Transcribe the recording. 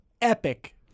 Epic